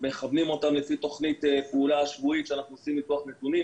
לפי תוכנית פעולה שבועית כשאנחנו עושים ניתוח נתונים.